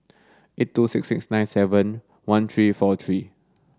eight two six six nine seven one three four three